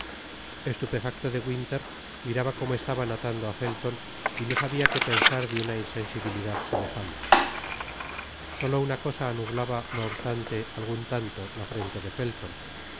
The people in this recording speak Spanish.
estupefacto de winter miraba como estaban atando á felton y no sabia que pensar de tina insensibilidad semejante solo una cosa anublaba no obstante algun tanto la frente á felton á